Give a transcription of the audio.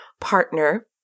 partner